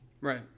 right